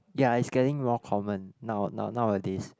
ya it's getting more common now now nowadays